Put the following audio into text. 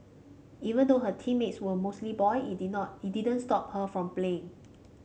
even though her teammates were mostly boy it did not it didn't stop her from playing